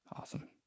Awesome